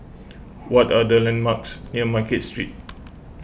what are the landmarks near Market Street